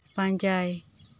ᱯᱟᱸᱡᱟᱭ